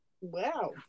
Wow